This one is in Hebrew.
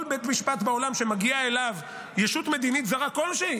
כל בית משפט בעולם שמגיעה אליו ישות מדינית זרה כלשהי